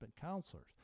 Counselors